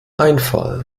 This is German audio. einfall